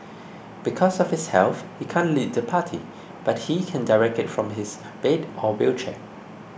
because of his health he can't lead the party but he can direct it from his bed or wheelchair